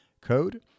code